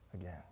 Again